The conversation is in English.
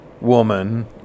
woman